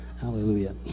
hallelujah